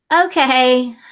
okay